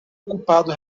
ocupado